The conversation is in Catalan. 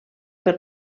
per